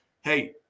hey